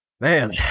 Man